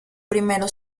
primero